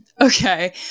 Okay